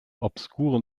obskuren